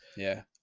yeah.